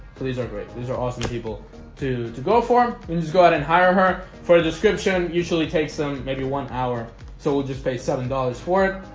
these are great these are awesome people to to go for him and just go out and hire her for the description usually takes them maybe one hour so we'll just pay seven dollars for it.